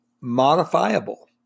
modifiable